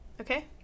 okay